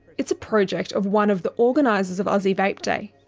it's a project of one of the organisers of aussie vape day.